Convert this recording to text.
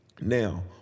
Now